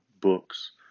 books